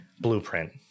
Blueprint